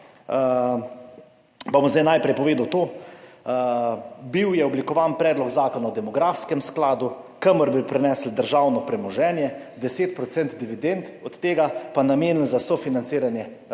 bom zdaj najprej povedal to. Bil je oblikovan Predlog zakona o demografskem skladu, kamor bi prenesli državno premoženje, 10 procent dividend od tega pa namenili za sofinanciranje oskrbe.